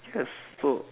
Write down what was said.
that's so